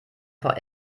vor